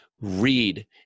read